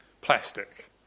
Plastic